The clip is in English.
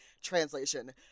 translation